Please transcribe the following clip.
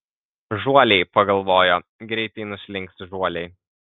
žuoliai pagalvojo greitai nuslinks žuoliai